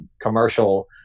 commercial